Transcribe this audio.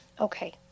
Okay